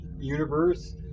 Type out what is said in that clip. universe